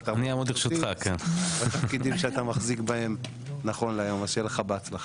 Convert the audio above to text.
תעמוד לרשותי בתפקידים שאתה מחזיק בהם נכון להיום.